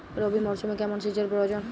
রবি মরশুমে কেমন সেচের প্রয়োজন?